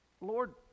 Lord